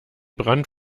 brand